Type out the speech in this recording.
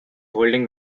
holding